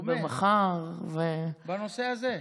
ותדבר מחר, בנושא הזה.